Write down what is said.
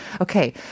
Okay